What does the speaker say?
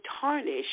tarnish